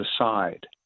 aside